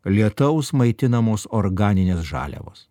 lietaus maitinamos organinės žaliavos